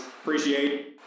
Appreciate